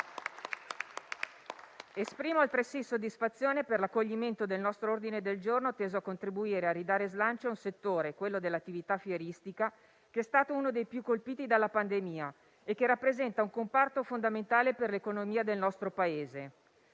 Esprimo altresì soddisfazione per l'accoglimento del nostro ordine del giorno teso a contribuire e a ridare slancio a un settore - quello dell'attività fieristica - che è stato uno dei più colpiti dalla pandemia e che rappresenta un comparto fondamentale per l'economia del nostro Paese.